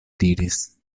diris